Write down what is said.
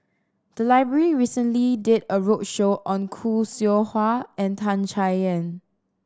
the library recently did a roadshow on Khoo Seow Hwa and Tan Chay Yan